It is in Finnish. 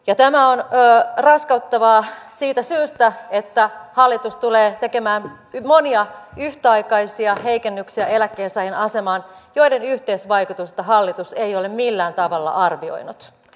ja tämä on raskauttavaa siitä syystä että hallitus tulee tekemään eläkkeensaajien asemaan monia yhtäaikaisia heikennyksiä joiden yhteisvaikutusta hallitus ei ole millään tavalla arvioinut